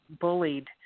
bullied